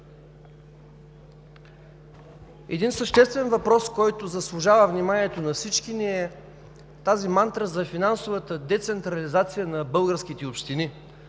Един съществен въпрос, който заслужава вниманието на всички ни, е тази мантра за финансовата децентрализация на българските общини,